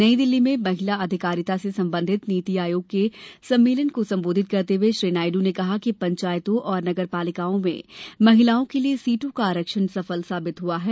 नई दिल्ली में महिला अधिकारिता से संबंधित नीति आयोग के सम्मेलन को संबोधित करते हुए श्री नायडू ने कहा कि पंचायतों और नगरपालिकाओं में महिलाओं के लिए सीटों का आरक्षण सफल साबित हुआ है